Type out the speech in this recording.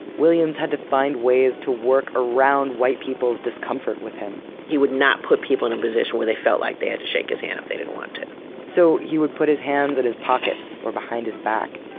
williams had to find ways to work around white people's discomfort with him he would not put people in a position where they felt like they had to shake his hand if they didn't want to so, he would put his hands in his pockets, or behind his back.